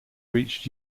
reached